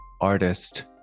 artist